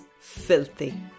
filthy